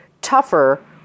tougher